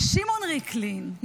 שמעון ריקלין,